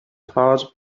part